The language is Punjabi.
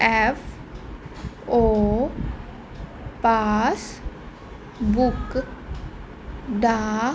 F O passbook the